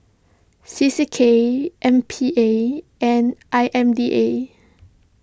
C C K M P A and I M D A